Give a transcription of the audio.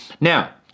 Now